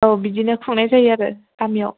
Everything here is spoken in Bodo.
औ बिदिनो खुंनाय जायो आरो गामियाव